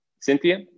Cynthia